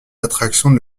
attractions